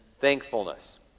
thankfulness